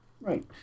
Right